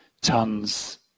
tons